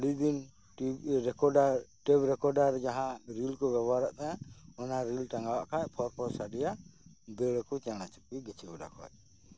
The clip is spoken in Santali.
ᱟᱹᱰᱤ ᱫᱤᱱ ᱴᱮᱯ ᱨᱮᱠᱚᱨᱰᱟᱨ ᱡᱟᱦᱟᱸ ᱨᱤᱞ ᱠᱚ ᱵᱮᱵᱚᱦᱟᱨᱮᱫ ᱛᱟᱦᱮᱸᱡ ᱚᱱᱟ ᱨᱤᱞ ᱴᱟᱸᱜᱟᱣᱟᱜ ᱠᱷᱟᱡ ᱯᱷᱚᱨᱼᱯᱷᱚᱨ ᱥᱟᱰᱮᱭᱟ ᱫᱟᱧᱲᱟᱠᱚ ᱪᱮᱬᱮ ᱪᱤᱯᱨᱩᱫ ᱜᱟᱹᱪᱷᱤ ᱜᱚᱰᱟ ᱠᱷᱚᱡ